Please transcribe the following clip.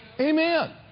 Amen